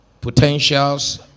potentials